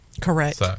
Correct